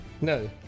No